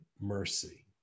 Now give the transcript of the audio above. mercy